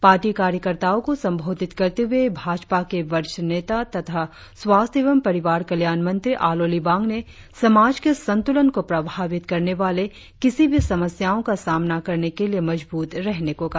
party कार्यकर्ताओ को संबोधित करते हुए भाजपा के वरिष्ठ नेता तथा स्वास्थ्य एवं परिवार कल्यान मंत्री आलो लिबांग ने समाज के संतुलन को प्रभावित करने वाले किसी भी समस्याओ का सामना करने के लिए मजबुत रहने को कहा